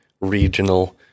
regional